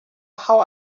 how